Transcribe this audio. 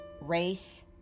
race